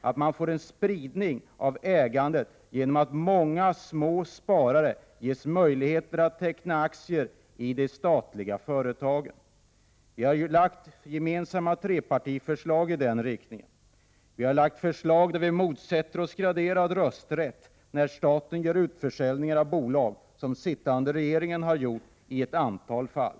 att det blir en spridning av ägandet genom att många småsparare ges möjligheter att teckna aktier i de tidigare statliga företagen. De tre borgerliga partierna har framlagt gemensamma förslag i den riktningen. Vi har lagt fram förslag som innebär att vi motsätter oss att man när staten säljer ut bolag inför graderad rösträtt, vilket regeringen gjort i ett antal fall.